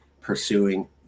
pursuing